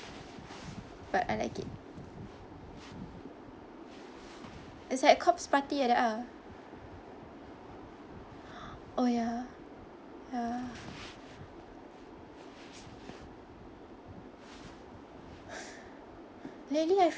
but I like it it's like corpse party like that ah oh ya ya lately I